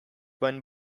one